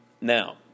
Now